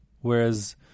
whereas